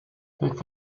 peut